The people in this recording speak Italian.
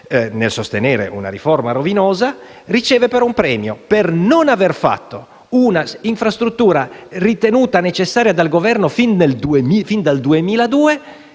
nel sostenere una riforma rovinosa. Riceve, cioè, un premio per non avere realizzato una infrastruttura ritenuta necessaria dal Governo fin dal 2002.